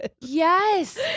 Yes